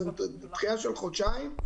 זו דחייה של חודשיים.